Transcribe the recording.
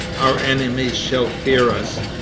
our enemies shall fear us.